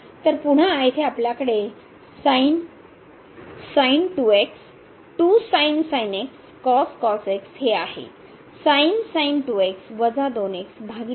तर पुन्हा येथे आपल्याकडे हे आहे भागिले